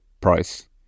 price